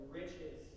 riches